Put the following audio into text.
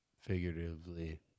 figuratively